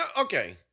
okay